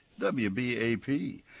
WBAP